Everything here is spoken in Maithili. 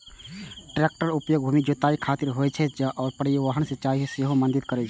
टैक्टरक उपयोग भूमि के जुताइ खातिर होइ छै आ ई परिवहन, सिंचाइ मे सेहो मदति करै छै